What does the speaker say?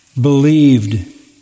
believed